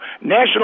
National